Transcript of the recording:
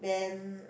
then